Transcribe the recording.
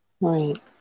Right